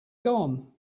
gone